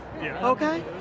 Okay